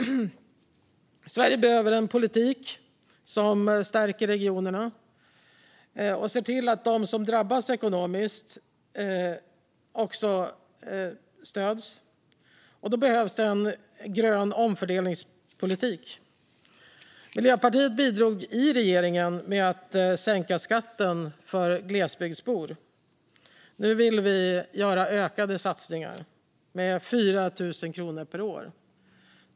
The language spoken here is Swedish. Sverige behöver en politik som stärker regionerna och ser till att de som drabbas ekonomiskt också stöds, och då behövs en grön omfördelningspolitik. Miljöpartiet bidrog i regeringen med att sänka skatten för glesbygdsbor. Nu vill vi göra ökade satsningar med 4 000 kronor per år.